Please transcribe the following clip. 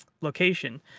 location